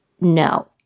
No